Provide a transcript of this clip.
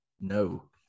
No